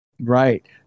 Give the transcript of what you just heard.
Right